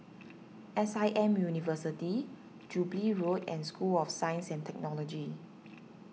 S I M University Jubilee Road and School of Science and Technology